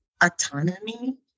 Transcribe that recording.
autonomy